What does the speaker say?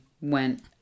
went